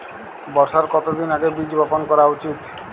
বর্ষার কতদিন আগে বীজ বপন করা উচিৎ?